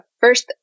first